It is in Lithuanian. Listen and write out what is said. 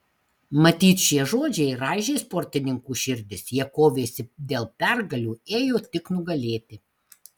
matyt šie žodžiai raižė sportininkų širdis jie kovėsi dėl pergalių ėjo tik nugalėti